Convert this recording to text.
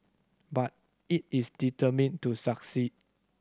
but it is determined to succeed